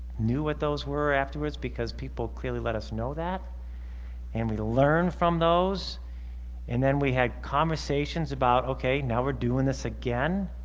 knew what those were afterwards because people clearly let us know that and we learn from those and then we had conversations about okay now we're doing this again